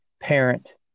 parent